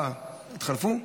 אה, התחלפו?